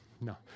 No